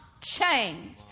change